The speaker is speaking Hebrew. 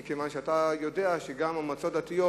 מכיוון שאתה יודע שגם המועצות הדתיות